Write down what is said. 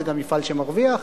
זה גם מפעל שמרוויח.